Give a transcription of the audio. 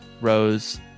Rose